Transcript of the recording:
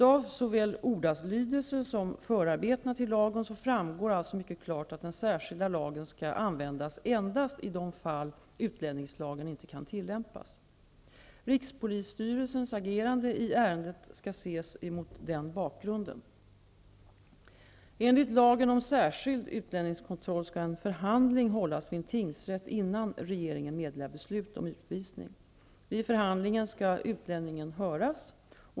Av såväl ordalydelsen som förarbeten till lagen framgår alltså mycket klart att den särskilda lagen skall användas endast i de fall utlänningslagen inte kan tillämpas. Rikspolisstyrelsens agerande i ärendet skall ses mot denna bakgrund. Enligt lagen om särskild utlänningskontroll skall en förhandling hållas vid en tingsrätt innan regeringen meddelar beslut om utvisning. Vid förhandling skall utlänningen höras.